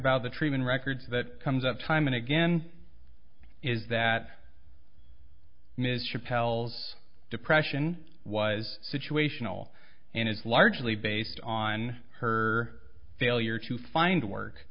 about the treatment records that comes up time and again is that ms chappelle's depression was situational and it's largely based on her failure to find work